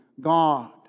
God